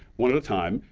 one at a time,